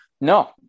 No